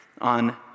on